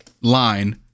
line